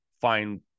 find